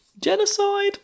genocide